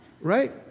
Right